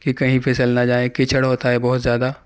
کہ کہیں پھسل نہ جائیں کیچڑ ہوتا ہے بہت زیادہ